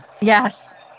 Yes